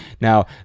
Now